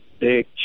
big